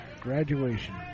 graduation